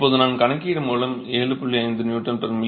இப்போது நான் கணக்கீடு மூலம் 7